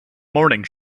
morning